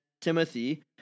Timothy